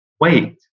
wait